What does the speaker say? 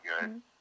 good